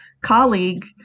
colleague